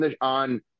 on